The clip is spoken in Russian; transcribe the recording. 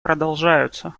продолжаются